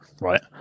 right